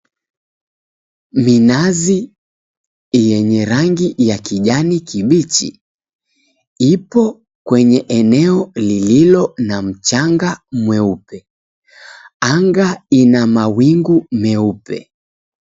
Minazi yenye rangi ya kijani kibichi ipo kwenye eneo lililo na mchanga mweupe, anga ina mawingu meupe.